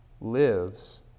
lives